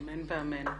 אמן ואמן.